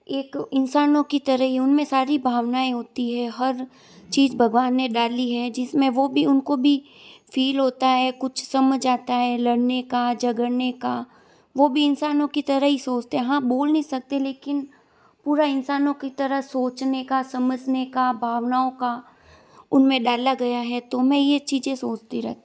एक इंसानों की तरह ही उनमें सारी भावनाएँ होती है हर चीज भगवान ने डाली है जिसमें वो भी उनको भी फील होता है कुछ समझ आता है लड़ने का झगड़ने का वो भी इंसानों की तरह ही सोचते हैं हाँ बोल नहीं सकते लेकिन पूरा इंसानों की तरह सोचने का समझने का भावनाओं का उनमें डाला गया है तो मैं ये चीज़ें सोचती रहती